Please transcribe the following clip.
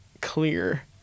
clear